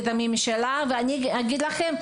את הממשלה ואני אגיד לכם,